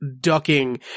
ducking